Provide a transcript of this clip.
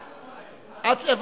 עד 8. מוחקים.